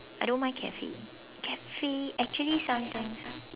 I don't mind cafe cafe actually sometimes